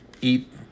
eat